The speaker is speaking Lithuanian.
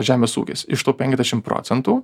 žemės ūkis iš tų penkiasdešim procentų